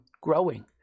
growing